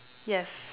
yes